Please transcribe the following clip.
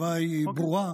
התשובה ברורה.